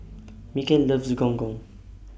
Mikel loves Gong Gong